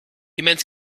immense